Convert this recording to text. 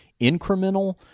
incremental